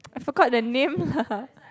I forgot the name lah